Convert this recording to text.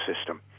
system